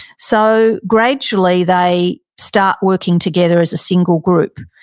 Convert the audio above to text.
so gradually, they start working together as a single group.